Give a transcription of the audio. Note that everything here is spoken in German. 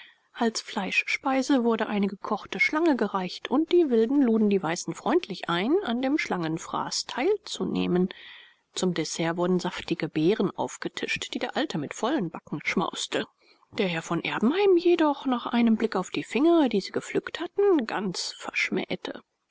als fleischspeise wurde eine gekochte schlange gereicht und die wilden luden die weißen freundlich ein an dem schlangenfraß teilzunehmen zum dessert wurden saftige beeren aufgetischt die der alte mit vollen backen schmauste der herr von erbenheim jedoch nach einem blick auf die finger die sie gepflückt hatten ganz verschmähte